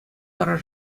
тӑрӑ